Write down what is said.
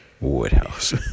Woodhouse